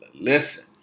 Listen